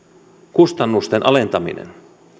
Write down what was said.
kustannusten alentaminen